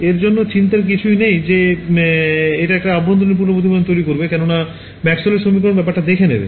এর জন্য চিন্তার কিছুই নেই যে এটা কতটা আভ্যন্তরীণ পূর্ণ প্রতিফলন তৈরি করবে কেননা ম্যাক্সওয়েলের সমীকরণ ব্যাপারটা দেখে নেবে